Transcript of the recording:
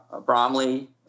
Bromley